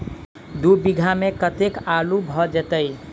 दु बीघा मे कतेक आलु भऽ जेतय?